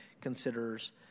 considers